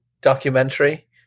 documentary